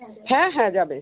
হ্যাঁ হ্যাঁ যাবে